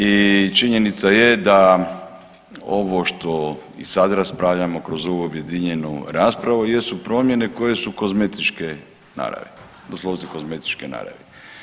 I činjenica je da ovo što i sad raspravljamo kroz ovu objedinjenu raspravu jesu promjene koje su kozmetičke naravi, doslovce kozmetičke naravi.